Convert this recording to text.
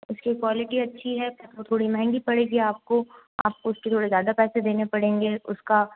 उसकी क्वालिटी अच्छी है और थोड़ी महंगी पड़ेगी आपको आपको उसके थोड़े ज़्यादा पैसे देने पड़ेंगे उसका